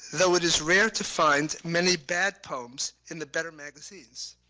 though it is rare to find many bad poems in the better magazines.